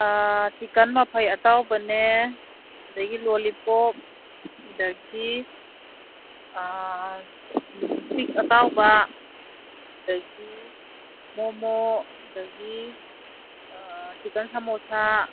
ꯑꯥ chicken ꯃꯐꯩ ꯑꯇꯥꯎꯕꯅꯦ ꯑꯗꯒꯤ ꯂꯣꯂꯤꯄꯣꯞ ꯑꯗꯒꯤ ꯄꯤꯛ ꯑꯇꯥꯎꯕ ꯑꯗꯒꯤ ꯃꯣꯃꯣ ꯑꯗꯒꯤ ꯆꯤꯀꯟ ꯁꯃꯣꯁꯥ